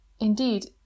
Indeed